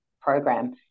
program